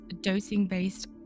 dosing-based